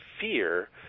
fear